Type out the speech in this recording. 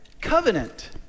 Covenant